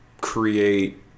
create